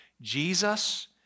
Jesus